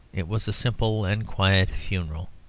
it was a simple and quiet funeral.